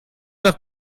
nach